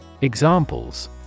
Examples